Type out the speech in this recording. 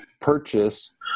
purchase